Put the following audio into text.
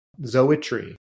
zoetry